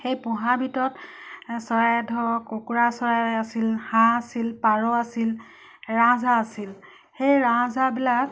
সেই পোহাৰ ভিতৰত চৰাই ধৰক কুকুৰা চৰাই আছিল হাঁহ আছিল পাৰ আছিল ৰাজহাঁহ আছিল সেই ৰাজহাঁহ বিলাক